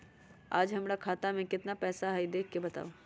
आज हमरा खाता में केतना पैसा हई देख के बताउ?